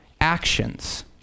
actions